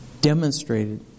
demonstrated